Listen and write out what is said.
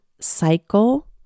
cycle